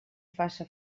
faça